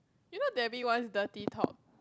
you know J_B one dirty talk